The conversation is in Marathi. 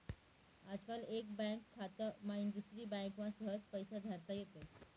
आजकाल एक बँक खाता माईन दुसरी बँकमा सहज पैसा धाडता येतस